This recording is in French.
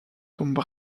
tombe